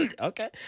Okay